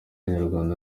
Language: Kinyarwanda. nyarwanda